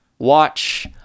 watch